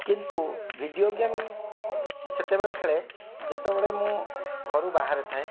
କିନ୍ତୁ video game ମୁଁ ସେତେବେଳେ ଖେଳେ ଯେତେବେଳେ ମୁଁ ଘରୁ ବାହାରେ ଥାଏ